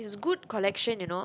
it's a good collection you know